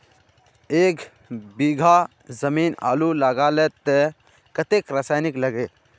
एक बीघा जमीन आलू लगाले तो कतेक रासायनिक लगे?